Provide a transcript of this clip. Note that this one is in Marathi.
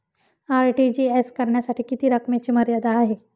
आर.टी.जी.एस करण्यासाठी किती रकमेची मर्यादा आहे?